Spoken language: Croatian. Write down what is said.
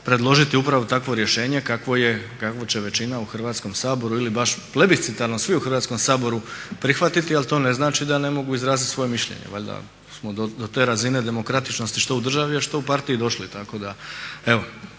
predložiti upravo takvo rješenje kakvo je, kakvo će većina u Hrvatskom saboru ili baš plebiscitarno svi u Hrvatskom saboru prihvatiti. Ali to ne znači da ne mogu izraziti svoje mišljenje. Valjda smo do te razine demokratičnosti što u državi, a što u partiji došli.